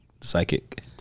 Psychic